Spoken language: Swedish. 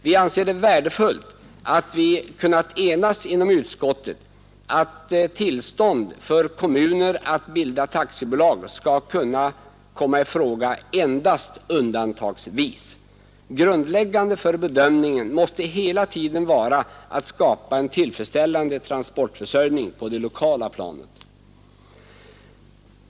Vi anser det värdefullt att vi kunnat enas inom utskottet om att tillstånd för kommuner att bilda taxibolag skall kunna komma i fråga endast undantagsvis. Grundläggande för bedömningen måste hela tiden vara att man skall skapa en tillfredsställande transportförsörjning på det lokala planet.